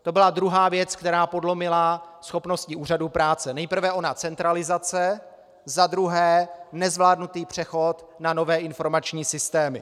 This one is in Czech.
To byla druhá věc, která podlomila schopnosti úřadů práce nejprve ona centralizace, za druhé nezvládnutý přechod na nové informační systémy.